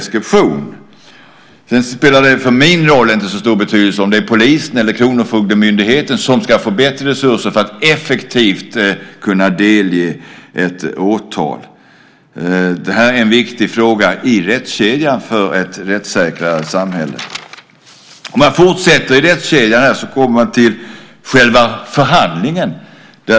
Sedan spelar det för min del inte så stor roll om det är polisen eller kronofogdemyndigheten som ska få bättre resurser för att effektivt kunna delge ett åtal. Detta är en viktig fråga i rättskedjan för ett rättssäkrare samhälle. Om jag fortsätter i rättskedjan kommer jag till själva förhandlingen.